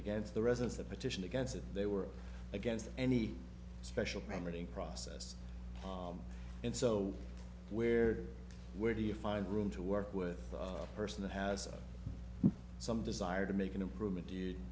against the residence a petition against it they were against any special remedy in process and so where to where do you find room to work with a person that has some desire to make an improvement